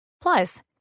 Plus